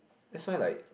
that's why like